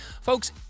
Folks